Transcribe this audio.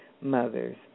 mothers